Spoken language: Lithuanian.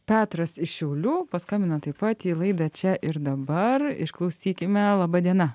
petras iš šiaulių paskambino taip pat laida čia ir dabar išklausykime laba diena